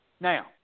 Now